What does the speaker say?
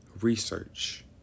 research